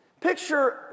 picture